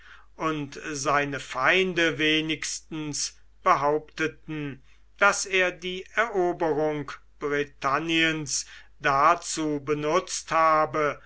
und seine feinde wenigstens behaupteten daß er die eroberung britanniens dazu benutzt habe